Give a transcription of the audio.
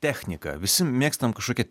technika visi mėgstam kažkokia